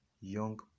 Young